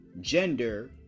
gender